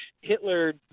Hitler